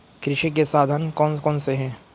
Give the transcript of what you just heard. कृषि के साधन कौन कौन से हैं?